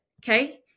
okay